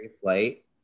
Flight